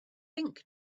think